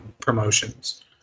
promotions